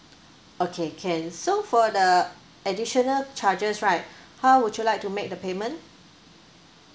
okay can so for the additional charges right how would you like to make the payment